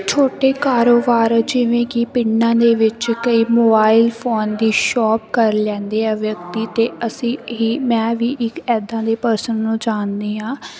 ਛੋਟੇ ਕਾਰੋਬਾਰ ਜਿਵੇਂ ਕਿ ਪਿੰਡਾਂ ਦੇ ਵਿੱਚ ਕਈ ਮੋਬਾਈਲ ਫੋਨ ਦੀ ਸ਼ੋਪ ਕਰ ਲੈਂਦੇ ਆ ਵਿਅਕਤੀ ਅਤੇ ਅਸੀਂ ਹੀ ਮੈਂ ਵੀ ਇੱਕ ਇੱਦਾਂ ਦੇ ਪਰਸਨ ਨੂੰ ਜਾਣਦੀ ਹਾਂ